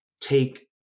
take